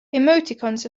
emoticons